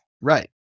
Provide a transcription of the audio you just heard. Right